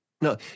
No